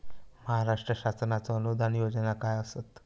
महाराष्ट्र शासनाचो अनुदान योजना काय आसत?